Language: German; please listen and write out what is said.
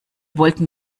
wollten